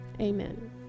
amen